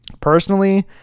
Personally